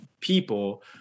people